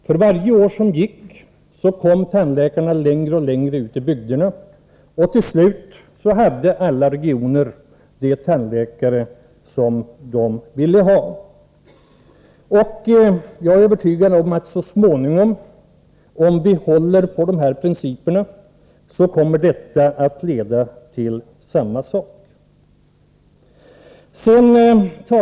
För varje år som gick kom det emellertid tandläkare längre och längre ut i bygderna. Till slut hade alla regioner de tandläkare som de önskade. Jag är övertygad om att vi så småningom, om vi håller på dessa principer, kommer att få uppleva samma sak på läkarområdet.